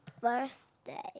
birthday